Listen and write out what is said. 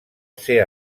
ser